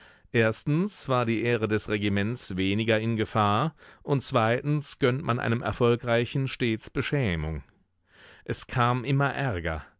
erstens war die ehre des regiments weniger in gefahr und zweitens gönnt man einem erfolgreichen stets beschämung es kam immer ärger